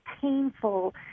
painful